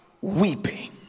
weeping